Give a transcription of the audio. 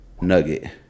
nugget